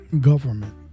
government